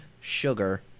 sugar